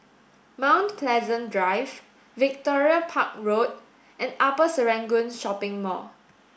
Mount Pleasant Drive Victoria Park Road and Upper Serangoon Shopping Mall